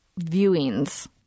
viewings